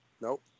nope